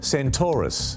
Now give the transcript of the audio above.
Centaurus